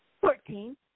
Fourteen